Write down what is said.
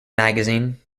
magazine